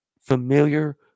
familiar